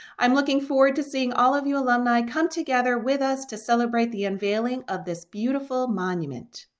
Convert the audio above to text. i'm looking forward to seeing all of you alumni come together with us to celebrate the unveiling of this beautiful monument.